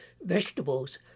vegetables